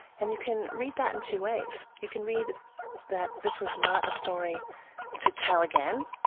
and you can read that in two ways you can read that this was not a story to tell again,